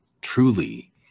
Truly